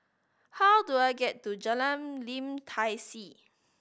how do I get to Jalan Lim Tai See